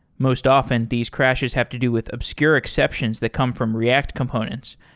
most often, these crashes have to do with obscure exceptions that come from react components,